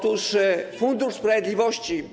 Fundusz Sprawiedliwości.